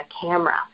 camera